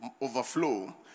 overflow